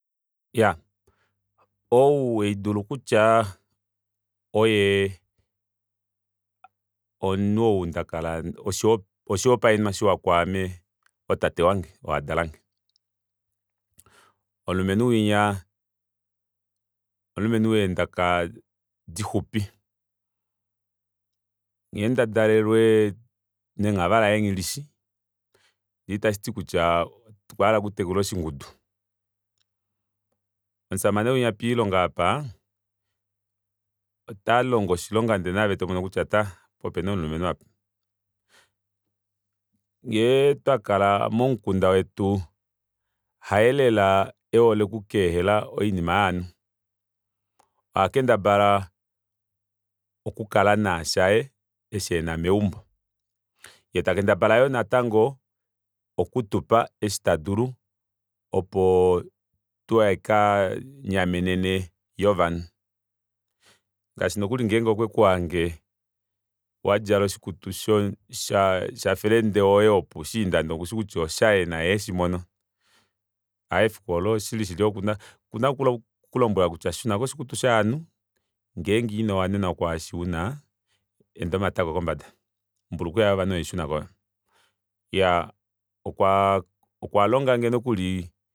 Iyaa ouhaidulu kutya oye omunhu ou ndakala oshihopaenenwa shiwa kwaame otate wange oudalange omulumenhu winya omulumenhu weendaka dixupi ngheendadalwa nenghava laye nghilishi ndee osho itashiti kutya okwahala okutekula oshingudu omushamane winya poilonga aapa otalongo oshilonga ndee naave tomono kutya taa opa opena omulumenhu aapa nghee twakala momukunda wetu haye lela ehole oku kaehela oinima yovanhu ohakendabala okukala noshaye osho ena meumbo yee takendabala natango okutupa osho tadulu opo tahaka nyamenene yovanhu shaashi nokuli ngenge okwekuhange wadjala oshikutu sha friend woye wopoushiinda ndee okushi kutya oshaye naye heshimono aaye efiku oolo okuna okukulombwela kutya shunako oshikutu shovanhu ngenge ino wanenwa kwaasho una enda omatako kombada ombulukweva yovanhu oyo ishunako oyo iyaa okwalongange nokuli